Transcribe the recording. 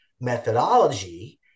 methodology